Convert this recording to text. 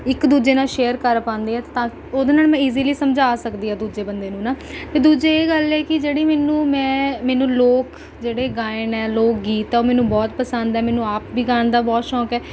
ਇੱਕ ਦੂਜੇ ਨਾਲ ਸ਼ੇਅਰ ਕਰ ਪਾਉਂਦੀ ਹਾਂ ਤਾਂ ਉਹਦੇ ਨਾਲ ਮੈਂ ਈਜ਼ਲੀ ਸਮਝਾ ਸਕਦੀ ਆ ਦੂਜੇ ਬੰਦੇ ਨੂੰ ਨਾ ਦੂਜੀ ਇਹ ਗੱਲ ਹੈ ਕਿ ਜਿਹੜੀ ਮੈਨੂੰ ਮੈਂ ਮੈਨੂੰ ਲੋਕ ਜਿਹੜੇ ਗਾਇਨ ਹੈ ਲੋਕ ਗੀਤ ਆ ਉਹ ਮੈਨੂੰ ਬਹੁਤ ਪਸੰਦ ਹੈ ਮੈਨੂੰ ਆਪ ਵੀ ਗਾਉਣ ਦਾ ਬਹੁਤ ਸ਼ੌਂਕ ਹੈ